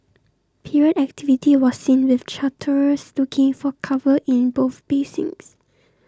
period activity was seen with charterers looking for cover in both basins